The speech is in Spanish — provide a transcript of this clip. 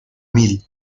mil